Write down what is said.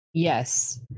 Yes